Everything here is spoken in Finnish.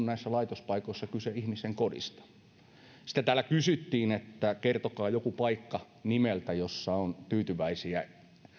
näissä laitospaikoissahan on kyse ihmisen kodista sitten täällä kysyttiin että kertokaa joku paikka nimeltä jossa on tyytyväisiä